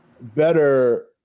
better